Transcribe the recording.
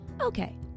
Okay